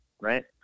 right